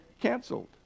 canceled